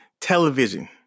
television